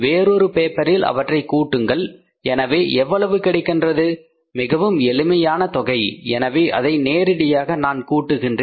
வேறொரு பேப்பரில் அவற்றை கூட்டுங்கள் எனவே எவ்வளவு கிடைக்கின்றது மிகவும் எளிமையான தொகை எனவே அதை நேரடியாக நான் கூட்டுகின்றேன்